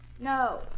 No